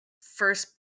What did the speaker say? first